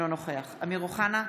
אינו נוכח אמיר אוחנה,